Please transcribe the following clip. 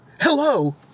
hello